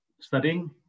studying